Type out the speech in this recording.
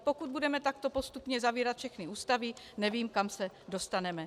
Pokud budeme takto postupně zavírat všechny ústavy, nevím, kam se dostaneme.